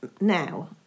now